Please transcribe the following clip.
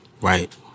Right